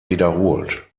wiederholt